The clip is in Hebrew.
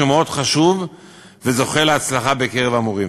שהוא מאוד חשוב וזוכה להצלחה בקרב המורים.